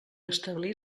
establir